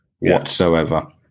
whatsoever